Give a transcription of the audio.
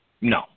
No